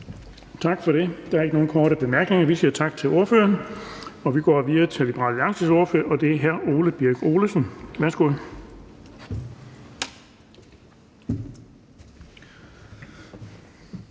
Tak for det. Der er ikke nogen korte bemærkninger. Vi siger tak til ordføreren og går videre til Liberal Alliances ordfører, og det er hr. Ole Birk Olesen. Værsgo.